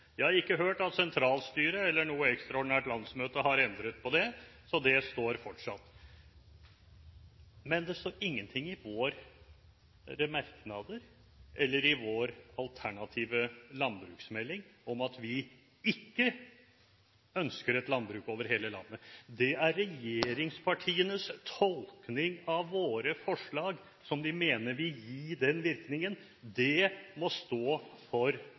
Jeg har ikke hørt at sentralstyret eller noe ekstraordinært landsmøte har endret noe på det, så det står fortsatt. Men det står ingenting i våre merknader eller i vår alternative landbruksmelding om at vi ikke ønsker et landbruk over hele landet. Det er regjeringspartienes tolkning av våre forslag, som de mener vil gi den virkningen. Det må stå for